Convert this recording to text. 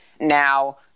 Now